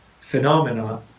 phenomena